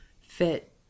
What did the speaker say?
fit